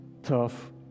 tough